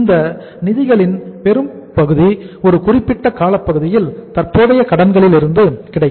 இந்த நிதிகளின் பெரும்பகுதி ஒரு குறிப்பிட்ட காலப்பகுதியில் தற்போதைய கடன்களில் இருந்து கிடைக்கும்